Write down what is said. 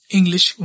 English